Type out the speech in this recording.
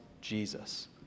Jesus